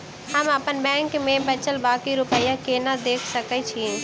हम अप्पन बैंक मे बचल बाकी रुपया केना देख सकय छी?